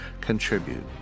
Contribute